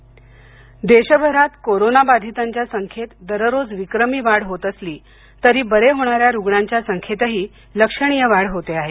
Covid राष्ट्रीय देशभरात corona बाधितांच्या संख्येत दररोज विक्रमी वाढ होत असली तरी बरे होणाऱ्या रुग्णांच्या संख्येतही लक्षणीय वाढ होते आहे